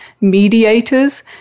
mediators